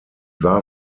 war